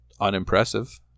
unimpressive